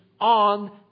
on